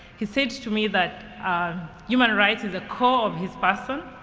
he said to me that human rights is the core of his person,